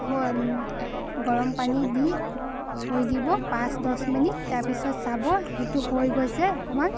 হ'ল গৰম পানী দি থৈ দিব পাঁচ দহ মিনিট তাৰপিছত চাব সেইটো হৈ গৈছে অকমান